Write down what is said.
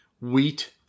wheat